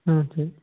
ஆ சரி